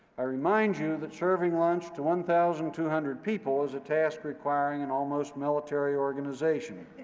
i remind you that serving lunch to one thousand two hundred people is a task requiring an almost military organization,